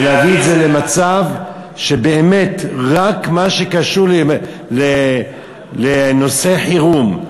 ולהביא את זה למצב שיישאר באמת רק מה שקשור לנושא חירום.